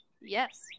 Yes